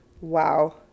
Wow